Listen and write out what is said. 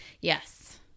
Yes